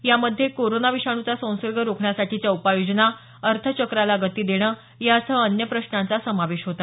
यामध्ये कोरोना विषाणूचा संसर्ग रोखण्यासाठीच्या उपाययोजना अर्थचक्राला गती देणं यासह अन्य प्रश्नांचा समावेश होता